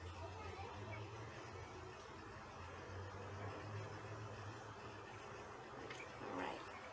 alright